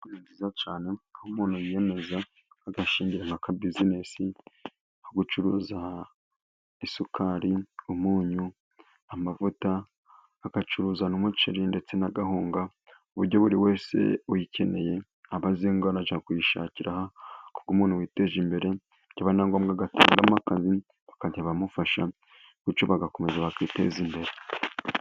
Butike ni nziza cyane, aho umuntu yiyemeza agashyingiranwa umuntu akabizinesi ko gucuruza isukari, umunyu, amavuta agacuruza n'umuceri ndetse n'agahunga, ku buryo buri wese uyikeneye, aba azi ngo arajya kuyishakira aho kuko umuntu witeje imbere byaba na ngombwa agahitamo akazi akajya abafasha bityo bagakomeza bakiteza imbere.